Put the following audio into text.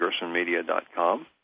gersonmedia.com